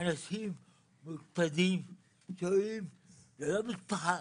אנשים מאושפזים ללא משפחה,